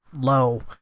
low